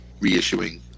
reissuing